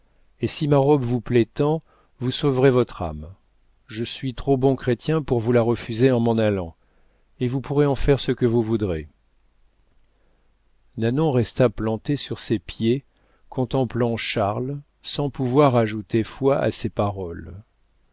et si ma robe vous plaît tant vous sauverez votre âme je suis trop bon chrétien pour vous la refuser en m'en allant et vous pourrez en faire ce que vous voudrez nanon resta plantée sur ses pieds contemplant charles sans pouvoir ajouter foi à ses paroles